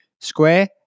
square